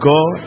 God